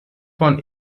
von